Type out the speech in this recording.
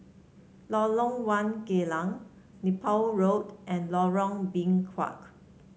Lorong One Geylang Nepal Road and Lorong Biawak